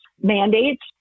mandates